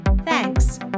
Thanks